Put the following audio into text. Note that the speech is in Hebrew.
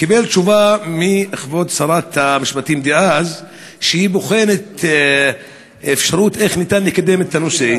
קיבל תשובה מכבוד שרת המשפטים דאז שהיא בוחנת אפשרות לקדם את הנושא.